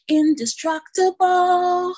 indestructible